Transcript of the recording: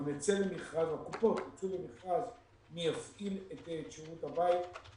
הקופות יצאו למכרז מי יפעיל את שירות הבית,